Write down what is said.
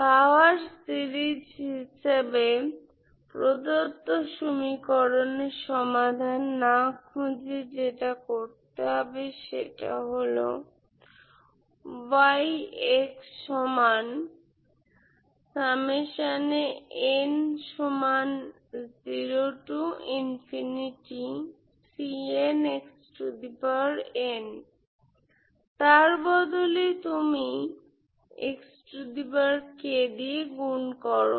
পাওয়ার series হিসেবে প্রদত্ত সমীকরণের সমাধান না খুঁজে যেটা করতে হবে সেটা হল তার বদলে তুমি দিয়ে গুন করো